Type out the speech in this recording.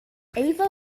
ava